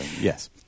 Yes